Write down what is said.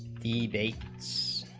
the dates